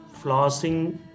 flossing